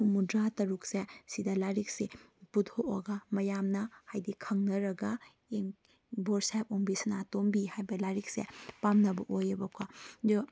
ꯍꯨꯝꯐꯨꯇꯔꯥ ꯇꯔꯨꯛꯁꯦ ꯑꯁꯤꯗ ꯂꯥꯏꯔꯤꯛꯁꯤ ꯄꯨꯊꯣꯛꯑꯒ ꯃꯌꯥꯝꯅ ꯍꯥꯏꯕꯗꯤ ꯈꯪꯅꯔꯒ ꯕꯣꯔ ꯁꯥꯍꯦꯕ ꯑꯣꯡꯕꯤ ꯁꯥꯅꯥꯇꯣꯝꯕꯤ ꯍꯥꯏꯕ ꯂꯥꯏꯔꯤꯛꯁꯦ ꯄꯥꯝꯅꯕ ꯑꯣꯏꯌꯦꯕꯀꯣ ꯑꯗꯨ